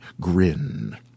grin